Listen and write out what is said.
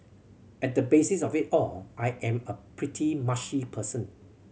at the basis of it all I am a pretty mushy person